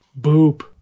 Boop